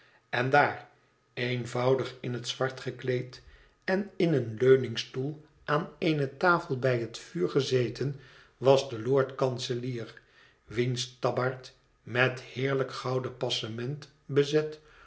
en daar eenvoudig in het zwart gekleed en in een leuningstoel aan eene tafel bij het vuur gezeten was de lord-kanselier wiens tabbaard met heerlijk gouden passement bezet